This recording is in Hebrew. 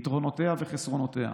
יתרונותיה וחסרונותיה,